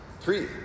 three